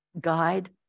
guide